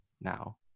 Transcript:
now